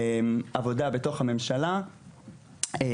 עבודה בתוך הממשלה,